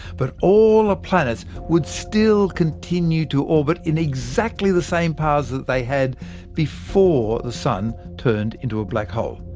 but all the ah planets would still continue to orbit in exactly the same paths they had before the sun turned into a black hole.